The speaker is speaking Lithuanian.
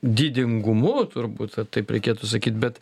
didingumu turbūt taip reikėtų sakyt bet